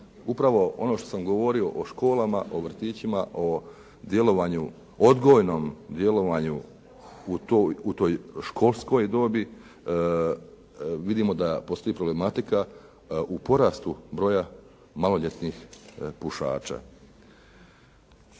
upravo ono što sam govorio o školama, o vrtićima, o odgojnom djelovanju u toj školskoj dobi vidimo da postoji problematika u porastu broja maloljetnih pušača.